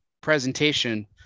presentation